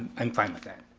i'm fine with that.